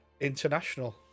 international